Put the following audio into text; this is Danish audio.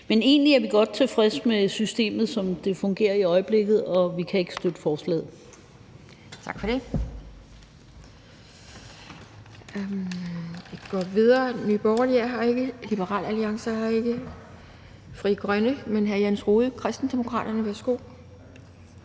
Men egentlig er vi godt tilfreds med systemet, som det fungerer i øjeblikket, og vi kan ikke støtte forslaget.